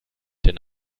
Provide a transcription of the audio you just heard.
denn